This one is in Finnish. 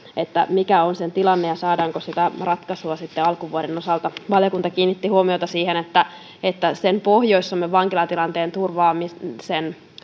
mikä on sen tilanne ja saadaanko sitä ratkaisua sitten alkuvuoden osalta valiokunta kiinnitti huomiota siihen että että pohjois suomen vankilatilanteen turvaamisen